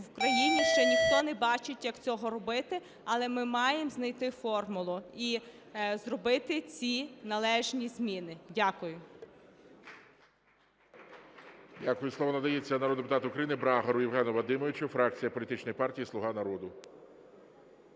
в країні ще ніхто не бачить, як цього робити, але ми маємо знайти формулу і зробити ці належні зміни. Дякую.